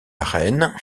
arène